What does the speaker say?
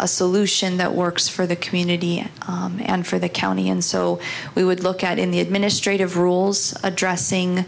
a solution that works for the community and for the county and so we would look at in the administrative rules addressing